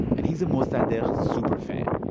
and he's a mossadegh super-fan.